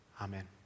Amen